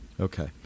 Okay